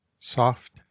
soft